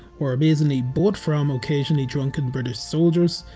or amazingly bought from occasionally drunken british soldiers.